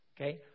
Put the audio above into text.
okay